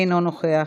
אינו נוכח,